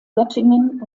göttingen